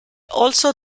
also